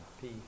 peace